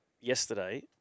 yesterday